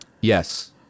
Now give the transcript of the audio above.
Yes